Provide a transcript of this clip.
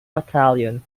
battalion